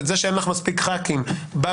את זה שאין לך מספיק חברי כנסת בוועדות,